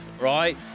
right